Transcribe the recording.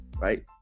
right